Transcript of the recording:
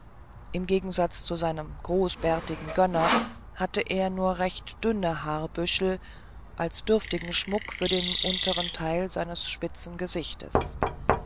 im gegensatz zu seinem großbärtigen gönner hatte er nur recht dünne haarbüschel als dürftigen schmuck für den unteren teil seines